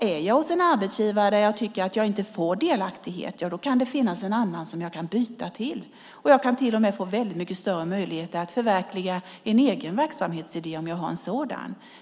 Är jag hos en arbetsgivare där jag inte tycker att jag får delaktighet, ja, då kan det finnas en annan som jag kan byta till. Jag kan till och med få väldigt mycket större möjligheter att förverkliga en egen verksamhetsidé, om jag har en sådan.